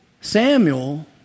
Samuel